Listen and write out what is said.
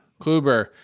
Kluber